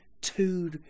two